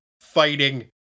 fighting